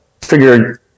figured